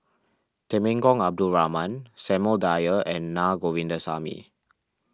Temenggong Abdul Rahman Samuel Dyer and Na Govindasamy